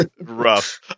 Rough